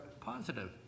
positive